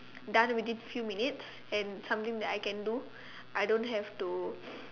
done within few minutes and something that I can do I don't have to